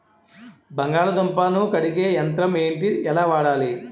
బంగాళదుంప ను కడిగే యంత్రం ఏంటి? ఎలా వాడాలి?